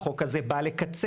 שהחוק הזה בא לקצר,